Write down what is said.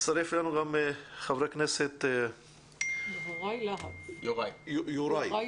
הצטרף אלינו חבר הכנסת יוראי להב הרצנו.